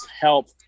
help